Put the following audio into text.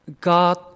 God